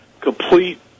complete